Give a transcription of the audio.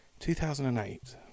2008